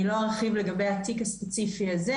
אני לא ארחיב לגבי התיק הספציפי הזה,